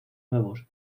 nuevos